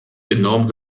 enormen